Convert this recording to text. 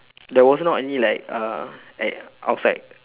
there was not any like uh at outside